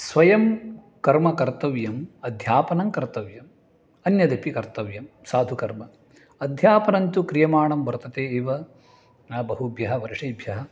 स्वयं कर्म कर्तव्यम् अध्यापनं कर्तव्यम् अन्यदपि कर्तव्यं साधुकर्म अध्यापनन्तु क्रियमाणं वर्तते एव आ बहुभ्यः वर्षेभ्यः